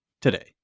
today